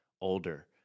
older